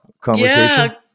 conversation